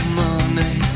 money